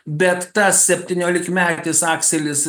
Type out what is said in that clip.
bet tas septyniolikmetis akselis